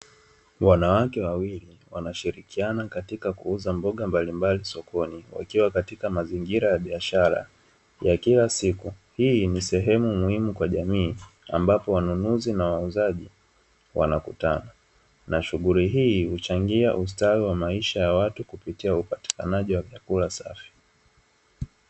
Wanawake wawili wanashirikiana katika kuuza mboga mbalimbali sokoni, wakiwa katika mazingira ya biashara ya kila siku. Hii ni sehemu muhimu kwa jamii, ambapo wanunuzi na wauzaji wanakutana. Na shughuli hii uchangia ustawi wa maisha ya watu kupitia upatikanaji wa vyakula safi.